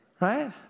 Right